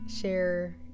share